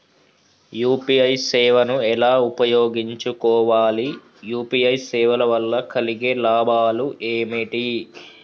UPI సేవను ఎలా ఉపయోగించు కోవాలి? యూ.పీ.ఐ సేవల వల్ల కలిగే లాభాలు ఏమిటి?